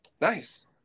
nice